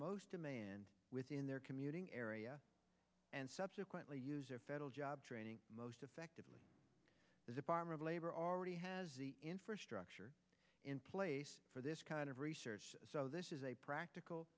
most within their commuting area and subsequently use a federal job training most effectively as a farmer labor already has the infrastructure in place for this kind of research so this is a practical